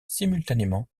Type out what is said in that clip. simultanément